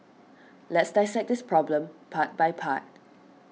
let's dissect this problem part by part